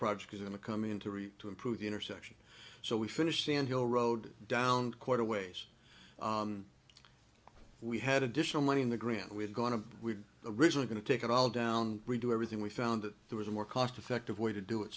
project is going to come into to improve the intersection so we finished sand hill road down quite a ways we had additional money in the grant we've gone to we originally going to take it all down we do everything we found that there was a more cost effective way to do it